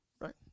Right